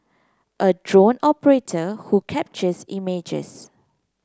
a drone operator who captures images